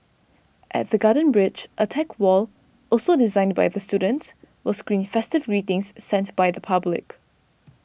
at the Garden Bridge a tech wall also designed by the students will screen festive greetings sent by the public